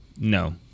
No